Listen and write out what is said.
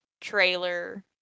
trailer